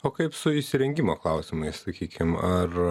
o kaip su įsirengimo klausimais sakykim ar